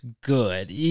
good